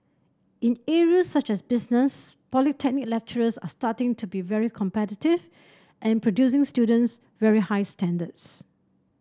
in areas such as business polytechnic lecturers are starting to be very competitive and producing students very high standards